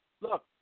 Look